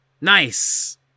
Nice